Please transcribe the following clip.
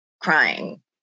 crying